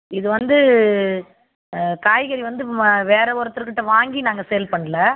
இது வந்து காய்கறி வந்து ம வேறு ஒருத்தர்கிட்ட வாங்கி நாங்கள் சேல் பண்ணல